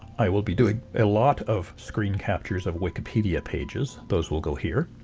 i will be doing a lot of screen captures of wikipedia pages those will go here.